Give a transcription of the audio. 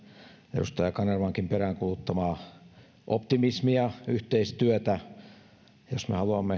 edustaja kanervankin peräänkuuluttamaa optimismia yhteistyötä jos me haluamme